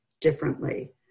differently